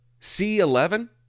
C11